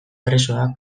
presoak